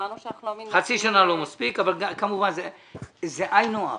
חצי שנה לא מספיק וזה היינו הך.